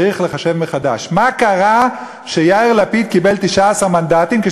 צריך לחשב מחדש מה קרה שיאיר לפיד קיבל 19 מנדטים.